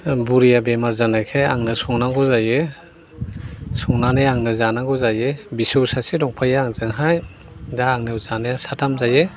बुरैया बेमार जानायखाय आंनो संनांगौ जायो संनानै आंनो जानांगौ जायो फिसौ सासे दंफायो आंजोंहाय दा आंनियाव जानाया साथाम जायो